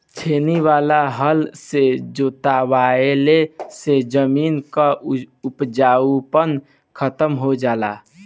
छेनी वाला हल से जोतवईले से जमीन कअ उपजाऊपन खतम हो जाला